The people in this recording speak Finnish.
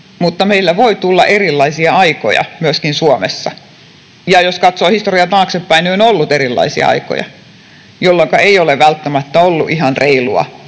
mutta meillä voi tulla erilaisia aikoja myöskin Suomessa — ja jos katsoo historiaa taaksepäin, niin on ollut erilaisia aikoja — jolloinka ei ole välttämättä ihan reilua